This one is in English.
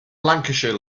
lancashire